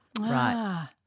Right